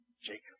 Jacob